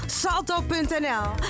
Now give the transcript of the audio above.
salto.nl